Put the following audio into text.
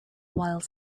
while